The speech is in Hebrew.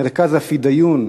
מרכז ה'פדאיון',